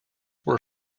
were